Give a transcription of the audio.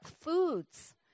foods